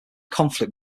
conflict